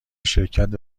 شرکت